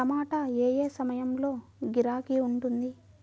టమాటా ఏ ఏ సమయంలో గిరాకీ ఉంటుంది?